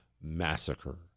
massacre